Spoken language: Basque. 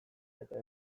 eta